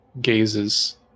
gazes